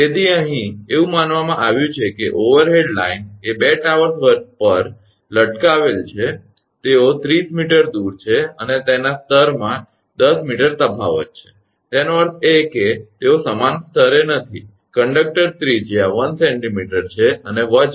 તેથી અહીં એવું કહેવામાં આવ્યું છે કે ઓવરહેડ લાઇન એ 2 ટાવર્સ પર લટકાવેલ સપોર્ટેડ છે તેઓ 30 𝑚 દૂર છે અને તેના સ્તરમાં 10 𝑚 તફાવત છે ખરુ ને તેનો અર્થ એ કે તેઓ સમાન સ્તરે નથી કંડક્ટર ત્રિજ્યા 1 𝑐𝑚 છે અને વજન 2